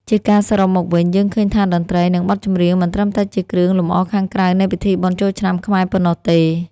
ជាការសរុបមកវិញ យើងឃើញថាតន្ត្រី និងបទចម្រៀងមិនត្រឹមតែជាគ្រឿងលម្អខាងក្រៅនៃពិធីបុណ្យចូលឆ្នាំខ្មែរប៉ុណ្ណោះទេ។